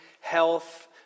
health